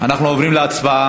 אנחנו עוברים להצבעה.